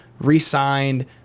re-signed